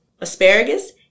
asparagus